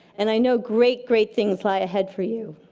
and i know great, great things lie ahead for you.